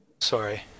Sorry